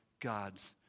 God's